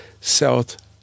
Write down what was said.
South